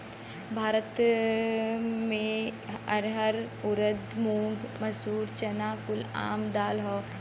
भारत मे रहर ऊरद मूंग मसूरी चना कुल आम दाल हौ